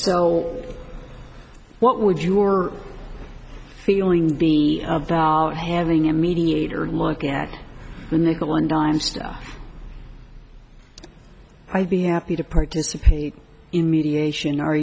so what would your feeling be of having a mediator like at the nickel and dime stuff i'd be happy to participate in mediation